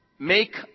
make